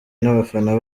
n’abafana